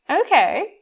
Okay